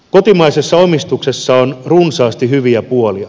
kotimaisessa omistuksessa on runsaasti hyviä puolia